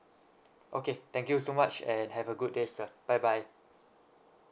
okay thank you so much and have a good day sir bye bye